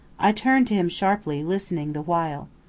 i turned to him sharply, listening the while.